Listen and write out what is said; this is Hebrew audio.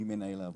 ממנהל העבודה,